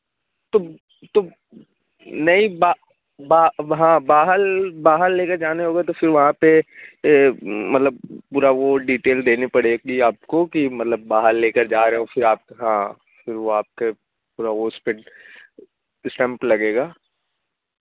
تو تو نہیں ہاں باہر باہر لے کر جانے ہوگئے تو پھر وہاں پہ مطلب پورا وہ ڈیٹیل دینے پڑے گی آپ کو کہ مطلب باہر لے کر جا رہے ہوں پھر آپ کے ہاں پھر وہ آپ کے پورا وہ اس پہ اسٹمپ لگے گا